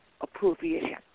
appropriation